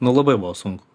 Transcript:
nu labai buvo sunku